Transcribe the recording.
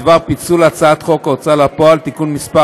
חוק ומשפט בדבר פיצול הצעת חוק ההוצאה לפועל (תיקון מס'